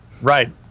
Right